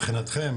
מבחינתכם,